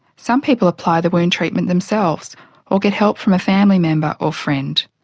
some people apply the wound treatment themselves or get help from a family member or friend.